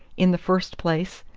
in the first place,